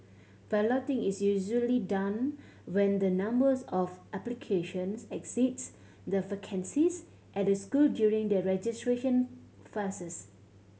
balloting is usually done when the numbers of applications exceeds the vacancies at a school during the registration phases